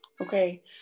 Okay